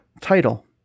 title